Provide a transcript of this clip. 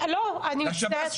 לשב"ס.